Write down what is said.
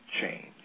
change